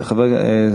והבריאות.